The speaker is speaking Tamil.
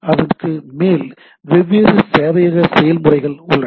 அதற்கு மேல் வெவ்வேறு சேவையக செயல்முறைகள் உள்ளன